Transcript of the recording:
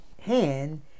hand